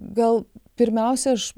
gal pirmiausia aš